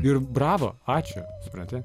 ir bravo ačiū supranti